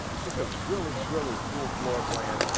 just a really, really cool floor plan,